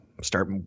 start